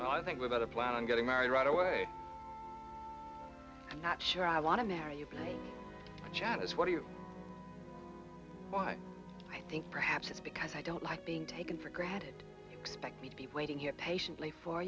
want i think without a plan on getting married right away i'm not sure i want to marry you play as what do you think perhaps it's because i don't like being taken for granted expect me to be waiting here patiently for